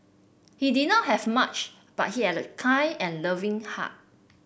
he did not have much but he had a kind and loving heart